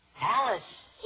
Alice